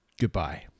goodbye